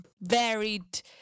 varied